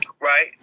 right